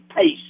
pace